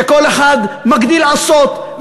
שכל אחד מגדיל לעשות,